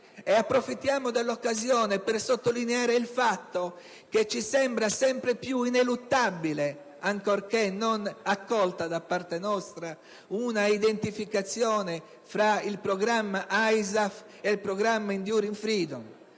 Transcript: Approfittiamo dell'occasione per sottolineare che ci sembra sempre più ineluttabile, ancorché non accolta da parte nostra, una identificazione fra il programma ISAF ed il programma *Enduring Freedom*.